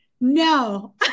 No